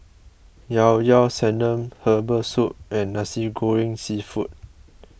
Ilao Ilao Sanum Herbal Soup and Nasi Goreng Seafood